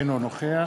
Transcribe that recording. אינו נוכח